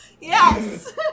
Yes